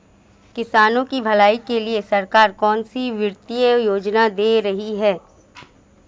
किसानों की भलाई के लिए सरकार कौनसी वित्तीय योजना दे रही है?